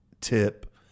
tip